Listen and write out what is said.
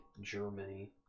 Germany